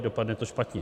Dopadne to špatně.